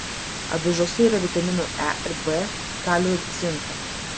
avižose yra vitaminų e ir b kalio ir cinko